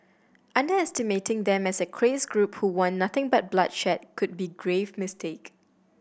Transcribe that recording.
underestimating them as a crazed group who want nothing but bloodshed could be grave mistake